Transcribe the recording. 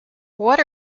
what